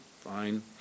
fine